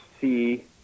see